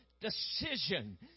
decision